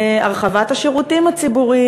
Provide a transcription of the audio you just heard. הרחבת השירותים הציבוריים,